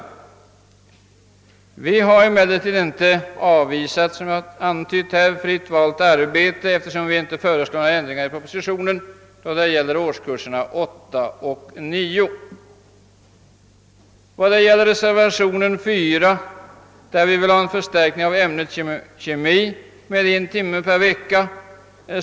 I reservationen har vi emellertid inte avvisat tanken på fritt valt arbete, eftersom vi inte föreslagit några ändringar i propositionen beträffande årskurserna 8 och 9. I reservationen 4 önskar vi en förstärkning av ämnet kemi med en timme per vecka.